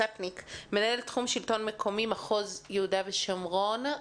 מנהל תחום שלטון מקומי, מחוז יהודה ושומרון.